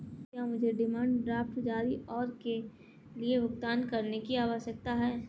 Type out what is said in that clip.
क्या मुझे demand draft जारी करने के लिए भुगतान करने की आवश्यकता है?